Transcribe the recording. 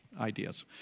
ideas